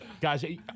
Guys